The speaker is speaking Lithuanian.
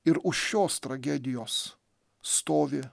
ir už šios tragedijos stovi